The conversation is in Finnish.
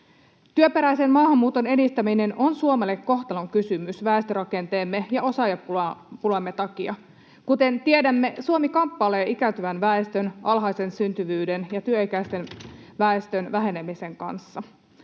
Työperäisen maahanmuuton edistäminen on Suomelle kohtalonkysymys väestörakenteemme ja osaajapulamme takia. Kuten tiedämme, Suomi kamppailee ikääntyvän väestön, alhaisen syntyvyyden ja työikäisen väestön vähenemisen kanssa.